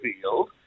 field